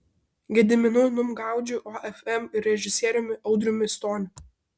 gediminu numgaudžiu ofm ir režisieriumi audriumi stoniu